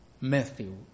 Matthew